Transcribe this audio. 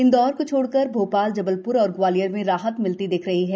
इंदौर को छोड़ कर भोपाल जबलप्र और ग्वालियर में राहत मिलती दिख रही है